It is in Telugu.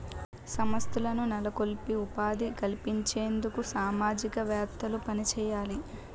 సంస్థలను నెలకొల్పి ఉపాధి కల్పించేందుకు సామాజికవేత్తలు పనిచేయాలి